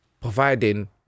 providing